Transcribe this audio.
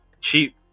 Cheap